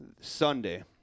Sunday